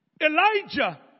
Elijah